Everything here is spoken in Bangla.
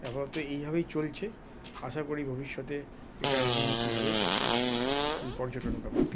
আপাতত এইভাবেই চলছে আশা করি ভবিষ্যতে এটার উন্নতি হবে এই এই পর্যটন ব্যাপারটা